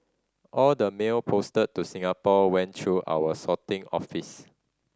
all the mail posted to Singapore went through our sorting office